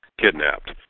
kidnapped